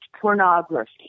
pornography